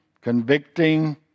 convicting